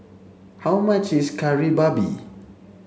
how much is Kari Babi